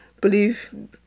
believe